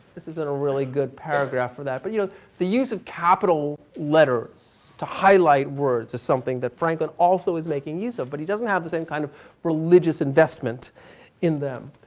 this isn't a really good paragraph for that. but you know the use of capital letters to highlight words is something that franklin also is making use of. but he doesn't have the same kind of religious investment in them.